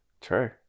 True